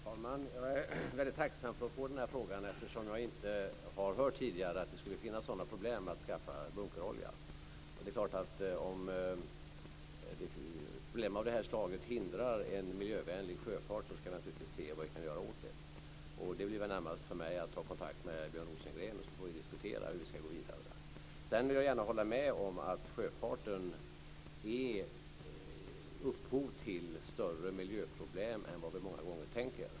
Fru talman! Jag är väldigt tacksam för att få den här frågan eftersom jag inte tidigare har hört att det skulle vara problem med att skaffa bunkerolja. Det är klart att om problem av det här slaget hindrar en miljövänlig sjöfart ska jag naturligtvis se vad vi kan göra åt det. Det blir väl närmast för mig att ta kontakt med Björn Rosengren så får vi diskutera hur vi ska gå vidare. Sedan håller jag gärna med om att sjöfarten är upphov till större miljöproblem än vad vi många gånger tror.